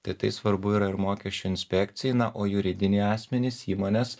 tai tai svarbu yra ir mokesčių inspekcijai na o juridiniai asmenys įmonės